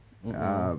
mmhmm